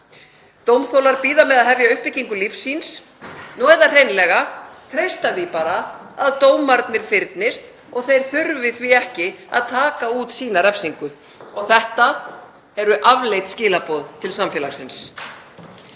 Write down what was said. Dómþolar bíða með að hefja uppbyggingu lífs síns eða hreinlega treysta því bara að dómarnir fyrnist og þeir þurfi því ekki að taka út sína refsingu. Þetta eru afleit skilaboð til samfélagsins.